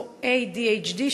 או ADHD,